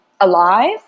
alive